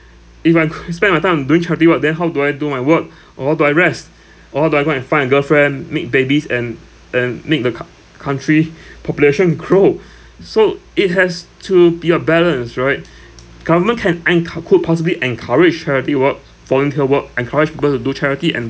if I spend my time on doing charity work then how do I do my work or how do I rest or how do I go and find a girlfriend make babies and and make the cou~ country population grow so it has to be a balance right government can encou could possible encourage charity work volunteer work encourage people to do charity and